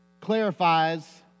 clarifies